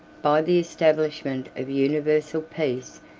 by the establishment of universal peace,